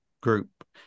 group